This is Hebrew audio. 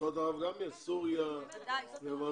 ארצות ערב גם יש, סוריה, לבנון?